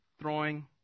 throwing